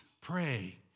pray